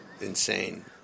insane